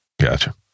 Gotcha